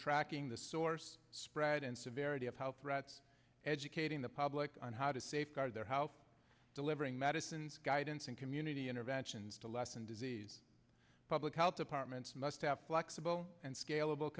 tracking the source spread and severity of how threats educating the public on how safeguard their how delivering medicines guidance and community interventions to lessen disease public health departments must have flexible and scal